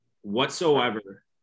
whatsoever